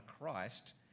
Christ